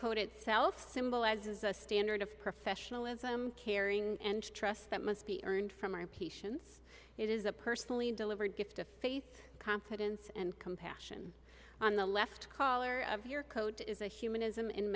code itself symbolizes a standard of professionalism caring and trust that must be earned from our patients it is a personally delivered gift of faith confidence and compassion on the left color of your code is a humanism in